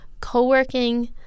co-working